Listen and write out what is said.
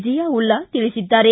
ಜಿಯಾಉಲ್ಲಾ ತಿಳಿಸಿದ್ದಾರೆ